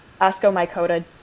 Ascomycota